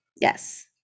yes